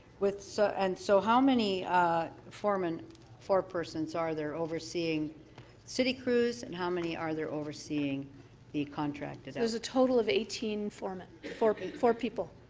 so and so how many foremen forepersons are there overseeing city crews and how many are there overseeing the contract? there's a total of eighteen foremen, four four people.